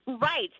Right